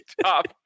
top